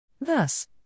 thus